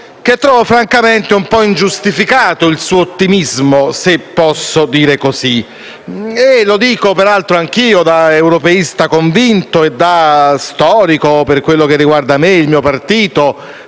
che francamente trovo un po' ingiustificato il suo ottimismo, se posso dire così, e lo dico, peraltro, anch'io da europeista convinto e da storico, per quanto riguarda me e il mio partito,